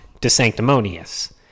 DeSanctimonious